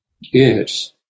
Yes